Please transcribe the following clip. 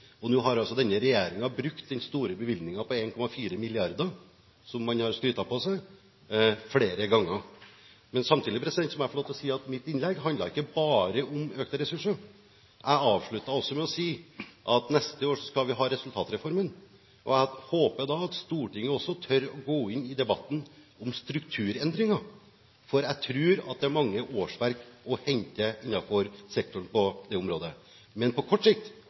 Nå har altså denne regjeringen brukt den store bevilgningen på 1,4 mrd. kr som man har skrytt på seg flere ganger. Samtidig må jeg få lov til å si at mitt innlegg ikke bare handlet om økte ressurser. Jeg avsluttet også med å si at neste år skal vi ha resultatreformen. Jeg håper at Stortinget da tør å gå inn i debatten om strukturendringer. Jeg tror det er mange årsverk å hente innenfor sektoren på det området, men på kort sikt